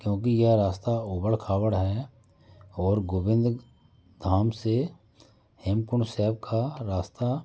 क्योंकि यह रास्ता उबड़ खाबड़ है और गोविंद धाम से हेमकुंड साहब का रास्ता